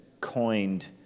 coined